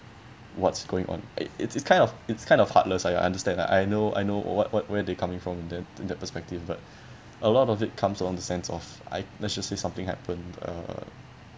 what's going on it's it's kind of it's kind of heartless I understand I know I know err what what where they're coming from in that in that perspective but a lot of it comes along the sense of I let's just say something happened uh